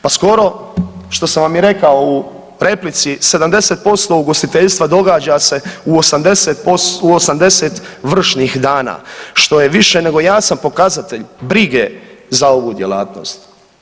Pa skoro, što sam vam i rekao u replici, 70% ugostiteljstva događa se u 80 vršnih dana, što je više nego jasan pokazatelj brige za ovu djelatnost.